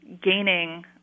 gaining